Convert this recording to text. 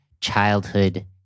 childhood